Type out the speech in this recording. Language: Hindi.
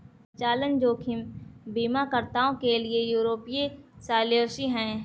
परिचालन जोखिम बीमाकर्ताओं के लिए यूरोपीय सॉल्वेंसी है